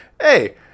hey